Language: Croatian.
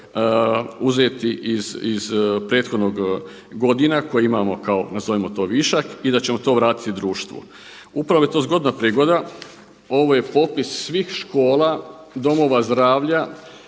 uzeti iz prethodnih godina koje imamo kao nazovimo to višak i da ćemo to vratiti društvu. Upravo je to zgodna prigoda. Ovo je popis svih škola, domova zdravlja